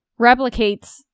replicates